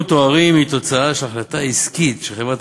המקרים המתוארים הם תוצאה של החלטה עסקית של חברת